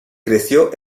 creció